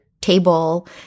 table